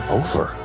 over